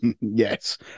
Yes